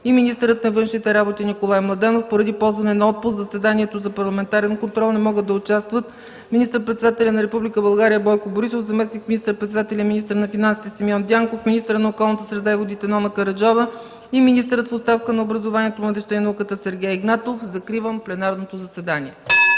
и министърът на външните работи Николай Младенов. Поради ползване на отпуск, в заседанието за парламентарен контрол не могат да участват министър-председателят на Република България Бойко Борисов, заместник министър-председателят и министър на финансите Симеон Дянков, министърът на околната среда и водите Нона Караджова, и министърът в оставка на образованието, младежта и науката Сергей Игнатов. Закривам пленарното заседание.